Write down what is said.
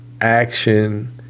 action